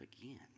again